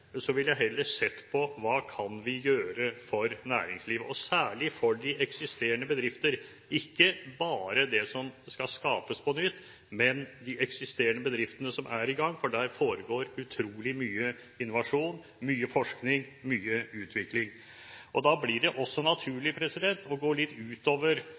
ville jeg heller sett på hva vi kan gjøre for næringslivet, og særlig for de eksisterende bedriftene – ikke bare på det som skal skapes på nytt, men på de eksisterende bedriftene som er i gang, for der foregår det utrolig mye innovasjon, forskning og utvikling. Da blir det også naturlig å gå litt utover